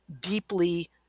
deeply